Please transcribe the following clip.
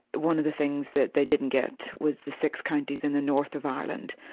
one of the things that they didn't get was the six counties in the north of ireland,